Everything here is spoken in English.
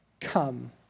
come